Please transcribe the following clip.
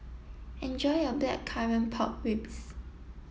enjoy your Blackcurrant Pork Ribs